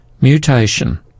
mutation